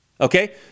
Okay